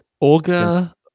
Olga